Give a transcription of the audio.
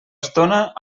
estona